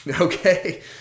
okay